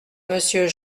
monsieur